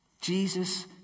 Jesus